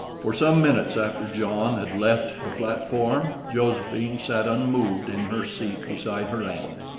for some minutes after john had left the platform, josephine sat unmoved in her seat beside her aunt,